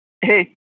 Hey